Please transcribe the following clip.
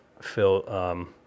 Phil